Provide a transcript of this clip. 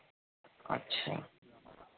अच्छा